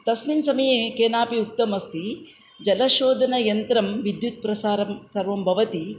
तस्मिन् समये केनापि उक्तम् अस्ति जलशोधनयन्त्रं विद्युत्प्रसारं सर्वं भवति